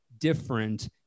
different